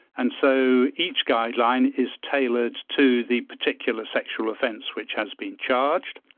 and so each guideline is tailored to the particular sexual offence which has been charged.